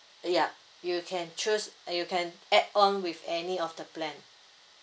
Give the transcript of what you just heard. uh yup you can choose you can add on with any of the plan